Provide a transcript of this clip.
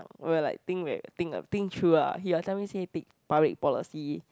will like think will think ah think through lah he like tell me say take public policy